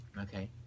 okay